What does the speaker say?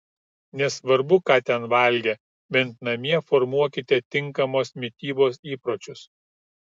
nesvarbu ką ten valgė bent namie formuokite tinkamos mitybos įpročius